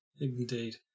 Indeed